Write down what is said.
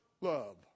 love